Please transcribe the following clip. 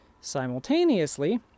Simultaneously